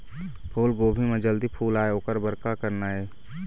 फूलगोभी म जल्दी फूल आय ओकर बर का करना ये?